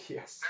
Yes